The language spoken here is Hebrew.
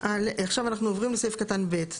עכשיו אנחנו עוברים לסעיף קטן (ב).